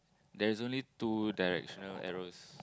there is only two directional arrows